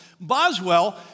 Boswell